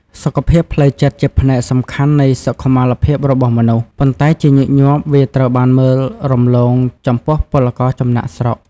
សុខភាពផ្លូវចិត្តជាផ្នែកសំខាន់នៃសុខុមាលភាពរបស់មនុស្ស ប៉ុន្តែជាញឹកញាប់ វាត្រូវបានមើលរំលងចំពោះពលករចំណាកស្រុក។